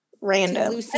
random